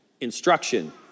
instruction